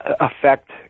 affect